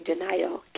denial